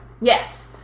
Yes